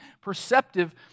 perceptive